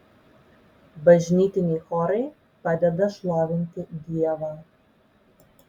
bažnytiniai chorai padeda šlovinti dievą